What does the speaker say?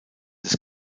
des